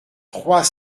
trois